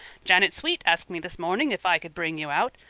janet sweet asked me this morning if i could bring you out.